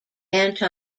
anti